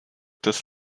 des